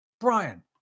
Brian